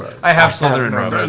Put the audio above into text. i have slytherin robes.